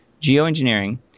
geoengineering